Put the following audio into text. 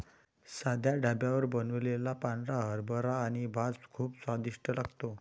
साध्या ढाब्यावर बनवलेला पांढरा हरभरा आणि भात खूप स्वादिष्ट लागतो